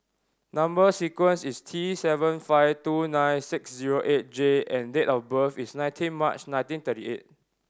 number sequence is T seven five two nine six zero eight J and date of birth is nineteen March nineteen thirty eight